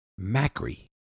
Macri